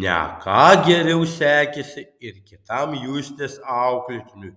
ne ką geriau sekėsi ir kitam justės auklėtiniui